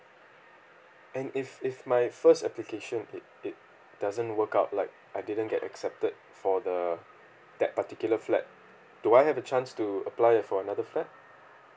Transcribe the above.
and if if my first application it it doesn't work out like I didn't get accepted for the that particular flat do I have a chance to apply for another flat